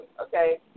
okay